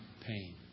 pain